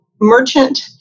merchant